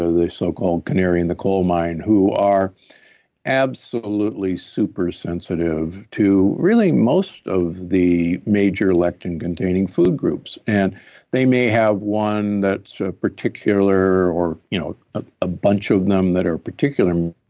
the so-called canary in the coal mine, who are absolutely super sensitive to really most of the major lectin containing food groups. and they may have one that's a particular or you know ah a bunch of them that are particular.